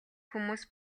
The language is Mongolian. хүмүүс